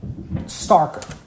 starker